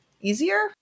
easier